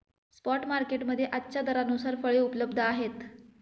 spot market मध्ये आजच्या दरानुसार फळे उपलब्ध आहेत